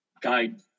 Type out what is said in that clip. guide